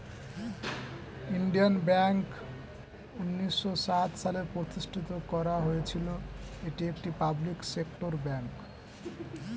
Indian bank উন্নিশো সাত সালে প্রতিষ্ঠিত করা হয়েছিল, এটি একটি পাবলিক সেক্টর ব্যাঙ্ক